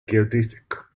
geodesic